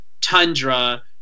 tundra